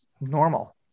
normal